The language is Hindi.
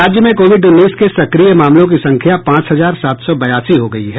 राज्य में कोविड उन्नीस के सक्रिय मामलों की संख्या पांच हजार सात सौ बयासी हो गयी है